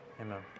Amen